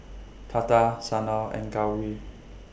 Tata Sanal and Gauri